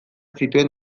zituen